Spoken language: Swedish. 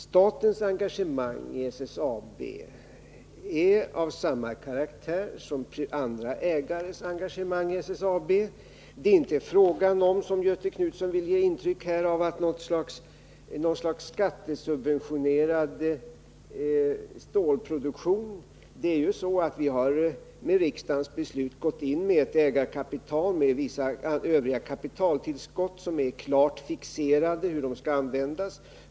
Statens engagemang i SSAB är av samma karaktär som andra ägares engagemang i SSAB. Det är inte — som Göthe Knutson vill ge intryck av — fråga om något slags skattesubventionerad stålproduktion. Vi har på grundval av riksdagens beslut gått in med ägarkapital och med vissa övriga kapitaltillskott för vilka det är klart fixerat hur de skall användas.